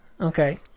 Okay